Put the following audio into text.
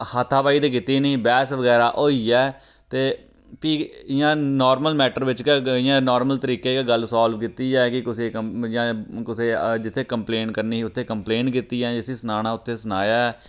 हाथापाई कीती नेईं बैह्स बगैरा होई ऐ ते फ्ही इ'यां नार्मल मैटर बिच्च गै इयां नार्मल तरीकै गै गल्ल साल्व कीती ऐ कि कुसेई कंप कुसेई जित्थे काम्प्लेन करनी उत्थै काम्प्लेन कीती जां जिसी सनाना उत्थै सनाया ऐ